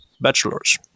bachelors